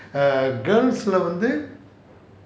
err girls lah வந்து:vanthu